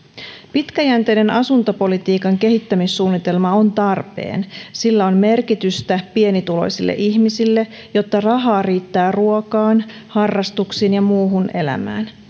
pitkäjänteinen asuntopolitiikan kehittämissuunnitelma on tarpeen sillä on merkitystä pienituloisille ihmisille jotta rahaa riittää ruokaan harrastuksiin ja muuhun elämään